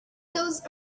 those